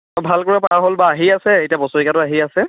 ভালকৈ পাৰ হ'ল বাৰু আহি আছে এতিয়া বছেৰেকীয়াটো আহি আছে